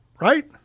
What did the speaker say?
right